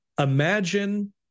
imagine